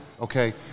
Okay